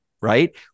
right